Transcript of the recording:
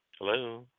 Hello